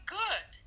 good